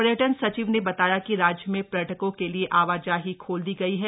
पर्यटन सचिव ने बताया कि राज्य में पर्यटकों के लिए आवाजाही खोल दी गई है